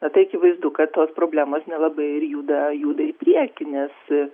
na tai akivaizdu kad tos problemos nelabai ir juda juda į priekį nes